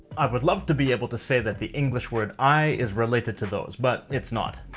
i would love to be able to say that the english word eye is related to those, but it's not.